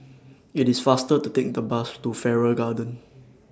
IT IS faster to Take The Bus to Farrer Garden